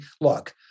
look